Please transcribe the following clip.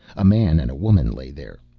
a man and a woman lay there,